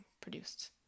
produced